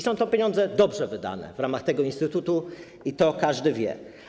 Są to pieniądze dobrze wydane w ramach tego instytutu, i to każdy wie.